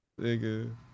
nigga